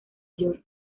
york